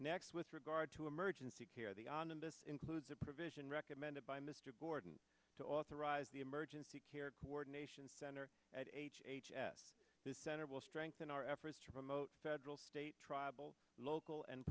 next with regard to emergency care the on and this includes a provision recommended by mr gordon to authorize the emergency care coordination center at h h s this center will strengthen our efforts to promote federal state tribal local and